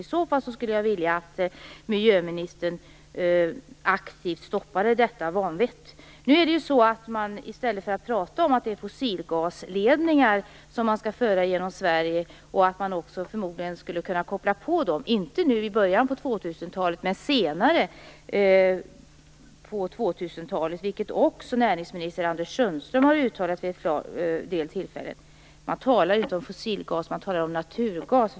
I sådana fall skulle jag vilja att miljöministern aktivt stoppade detta vanvett. Man säger inte att det är fossilgasledningar man skall föra genom Sverige och förmodligen också koppla in sig på - inte i början av 2000-talet men senare, vilket också näringsminister Anders Sundström talat om vid en del tillfällen. I stället talar man om naturgas.